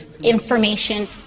information